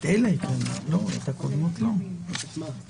השאלה האם יש היגיון לשקול מחדש את ההחרגה הזאת.